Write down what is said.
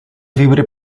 viure